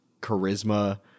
charisma